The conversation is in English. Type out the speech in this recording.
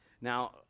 now